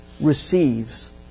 receives